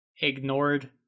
ignored